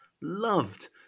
loved